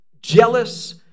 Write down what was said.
jealous